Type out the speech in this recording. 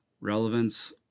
relevance